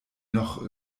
noch